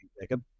Jacob